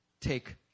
take